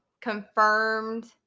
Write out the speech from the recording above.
confirmed